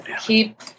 Keep